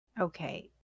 Okay